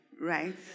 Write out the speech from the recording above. right